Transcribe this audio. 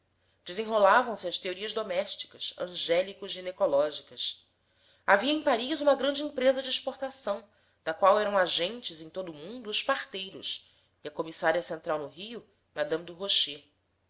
penetrava desenrolavam se as teorias domésticas angélico ginecológicas havia em paris uma grande empresa de exportação da qual eram agentes em todo o mundo os porteiros e comissária central no rio mme